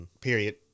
Period